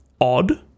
odd